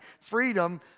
Freedom